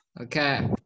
Okay